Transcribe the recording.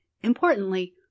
Importantly